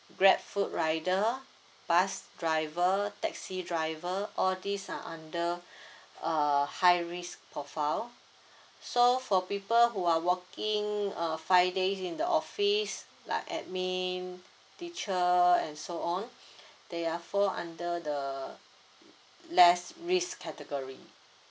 Grabfood rider bus driver taxi driver all these are under uh high risk profile so for people who are working uh five days in the office like administration teacher and so on they are fall under the less risk category